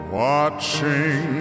watching